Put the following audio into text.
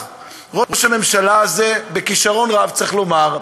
ראש הממשלה הזה, בכישרון רב, צריך לומר,